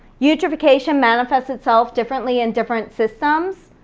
eutrophication manifests itself differently in different systems,